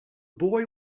boy